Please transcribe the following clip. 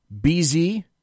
bz